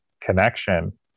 connection